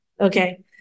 Okay